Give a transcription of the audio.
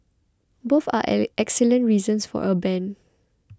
both are are excellent reasons for a ban